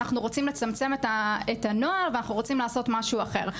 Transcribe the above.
ואנחנו רוצים לצמצם את הנוהל ואנחנו רוצים לעשות משהו אחר.